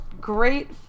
great